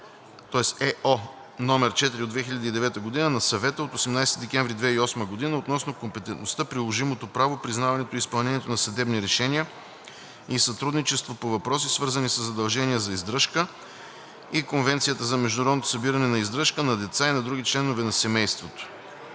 (ЕО) № 4 от 2009 г. на Съвета от 18 декември 2008 г. относно компетентността, приложимото право, признаването и изпълнението на съдебни решения и сътрудничеството по въпроси, свързани със задължения за издръжка (ОВ, L 7/1 от 10 януари 2009 г.) и Конвенцията за международното събиране на издръжка на деца и на други членове на семейството